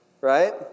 right